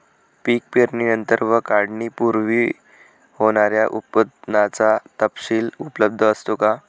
पीक पेरणीनंतर व काढणीपूर्वी होणाऱ्या उत्पादनाचा तपशील उपलब्ध असतो का?